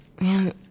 Man